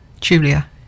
julia